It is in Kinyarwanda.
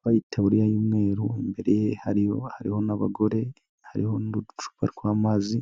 Mu itaburiya y'umweru imbere ye hariyo n'abagore, hariho n'uducupa rw'amazi